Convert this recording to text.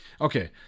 okay